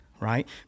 right